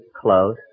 close